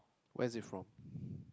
where is it from